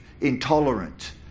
intolerant